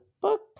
book